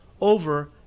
over